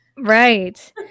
Right